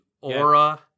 aura